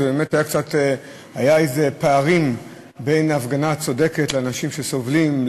היו פערים בין ההפגנה הצודקת של אנשים שסובלים,